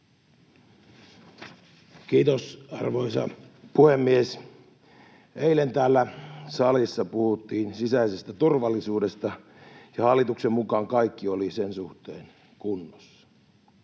Kiitos, arvoisa puhemies! Eilen täällä salissa puhuttiin sisäisestä turvallisuudesta, ja hallituksen mukaan kaikki oli sen suhteen kunnossa.